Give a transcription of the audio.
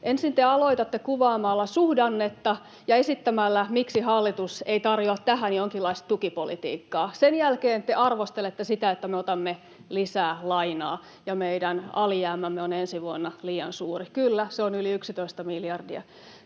Ensin te aloitatte kuvaamalla suhdannetta ja esittämällä, miksi hallitus ei tarjoa tähän jonkinlaista tukipolitiikkaa. Sen jälkeen te arvostelette sitä, että me otamme lisää lainaa ja meidän alijäämämme on ensi vuonna liian suuri. Kyllä, se on yli 11 miljardia.